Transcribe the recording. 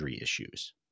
issues